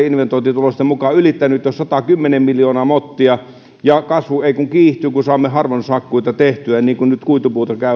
inventointitulosten mukaan ylittänyt jo satakymmentä miljoonaa mottia ja kasvu ei kun kiihtyy kun saamme harvennushakkuita tehtyä niin kuin nyt kuitupuuta